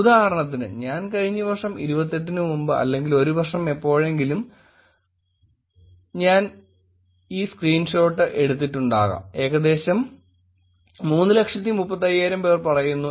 ഉദാഹരണത്തിന് കഴിഞ്ഞ വർഷം 28 ന് മുമ്പ് അല്ലെങ്കിൽ ഒരു വർഷം എപ്പോഴെങ്കിലും ഞാൻ ഞാൻ ഈ സ്ക്രീൻഷോട്ട് എടുത്തിട്ടുണ്ടാകാം ഏകദേശം 335000 പേർ പറയുന്നു